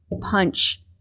punch